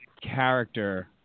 character